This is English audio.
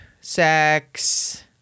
sex